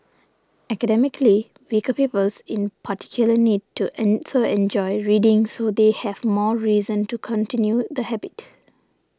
academically weaker pupils in particular need to also enjoy reading so they have more reason to continue the habit